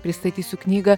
pristatysiu knygą